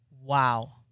wow